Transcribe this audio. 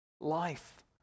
life